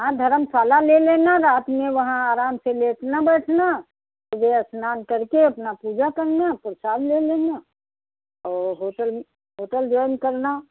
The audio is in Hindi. हाँ धरमशाला ले लेना रात में वहाँ आराम से लेटना बैठना सुबह स्नान कर के अपना पूजा करना प्रसाद ले लेना और होटल होटल ज्वाइन करना